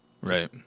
Right